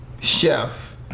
chef